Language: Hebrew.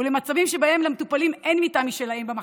ולמצבים שבהם למטופלים אין מיטה משלהם במחלקה,